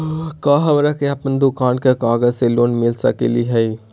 का हमरा के अपन दुकान के कागज से लोन मिलता सकली हई?